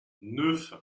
neuf